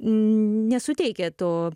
nesuteikia to